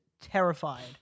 terrified